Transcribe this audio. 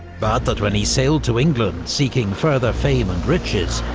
but that when he sailed to england seeking further fame and riches,